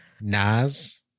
Nas